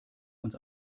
uns